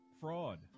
fraud